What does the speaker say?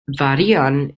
varían